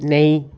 नेईं